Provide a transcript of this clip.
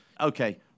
Okay